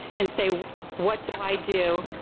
and say what do i do?